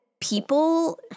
people